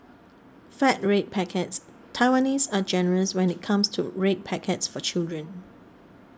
fat red packets Taiwanese are generous when it comes to red packets for children